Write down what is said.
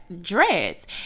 dreads